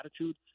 attitude